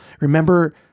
remember